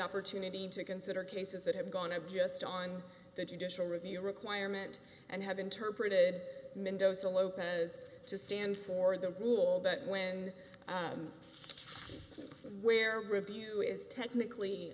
opportunity to consider cases that have gone up just on the judicial review requirement and have interpreted mendoza lopez to stand for the rule but when where revue is technically